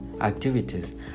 activities